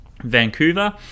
Vancouver